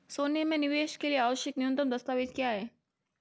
सोने में निवेश के लिए आवश्यक न्यूनतम दस्तावेज़ क्या हैं?